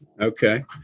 Okay